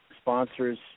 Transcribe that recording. sponsors